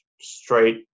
straight